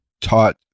taught